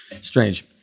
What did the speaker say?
strange